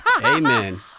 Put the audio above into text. Amen